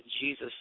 Jesus